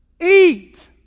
eat